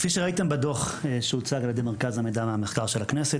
כפי שראיתם בדוח שהוצג על ידי מרכז המידע והמחקר של הכנסת,